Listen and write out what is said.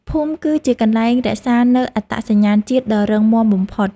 ភូមិគឺជាកន្លែងរក្សានូវអត្តសញ្ញាណជាតិដ៏រឹងមាំបំផុត។